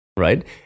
Right